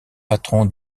patron